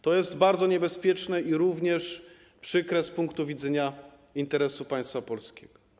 To jest bardzo niebezpieczne i przykre z punktu widzenia interesu państwa polskiego.